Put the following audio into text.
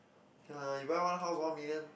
can lah you buy one house one million